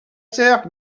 sœur